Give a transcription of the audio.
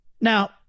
Now